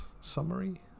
summary